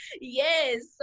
Yes